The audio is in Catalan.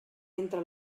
entre